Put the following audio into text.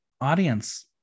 Audience